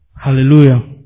Hallelujah